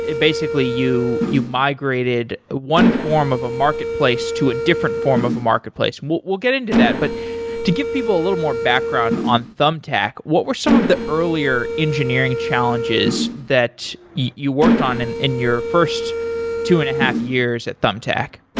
basically you you migrated one form of a market place to a different form of a market place. we'll get into that, but to give people a little more background on thumbtack, what were some of the earlier engineering challenges that you worked on in in your first two and a half years at thumbtack?